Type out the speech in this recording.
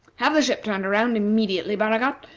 have the ship turned around immediately, baragat,